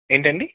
ఏంటండి